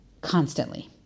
constantly